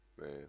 Man